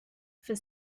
for